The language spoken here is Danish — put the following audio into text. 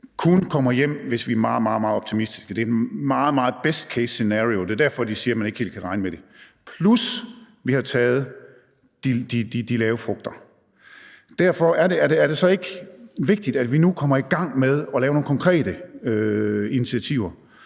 kun kommer hjem, hvis vi er meget, meget optimistiske. Det er i høj grad et best case scenario, og det er derfor, de siger, at man ikke helt kan regne med det – plus at vi har taget de lavthængende frugter. Er det så derfor ikke vigtigt, at vi nu kommer i gang med at lave nogle konkrete initiativer?